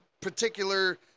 particular